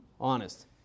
honest